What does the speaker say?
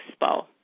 Expo